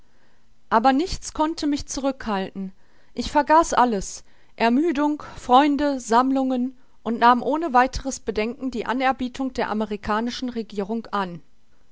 aber nichts konnte mich zurückhalten ich vergaß alles ermüdung freunde sammlungen und nahm ohne weiteres bedenken die anerbietung der amerikanischen regierung an